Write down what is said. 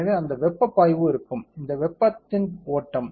எனவே அந்த வெப்பப் பாய்வு இருக்கும் இது வெப்பத்தின் ஓட்டம்